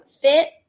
fit